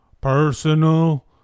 personal